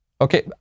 Okay